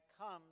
come